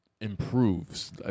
improves